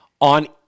on